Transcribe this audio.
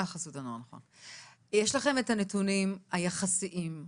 לכם את הנתונים היחסיים?